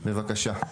בבקשה.